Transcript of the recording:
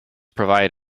provided